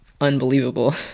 unbelievable